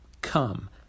Come